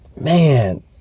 man